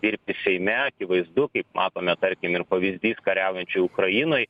ir seime akivaizdu kaip matome tarkim ir pavyzdys kariaujančių ukrainoje